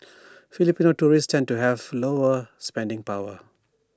Filipino tourists tend to have lower spending power